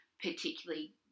particularly